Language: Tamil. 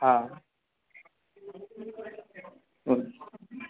ஆ ஓகே